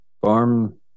Farm